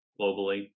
globally